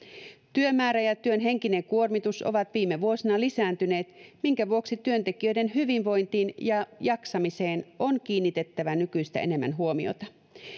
työmäärä ja työn henkinen kuormitus ovat viime vuosina lisääntyneet minkä vuoksi työntekijöiden hyvinvointiin ja jaksamiseen on kiinnitettävä nykyistä enemmän huomiota